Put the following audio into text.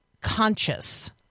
conscious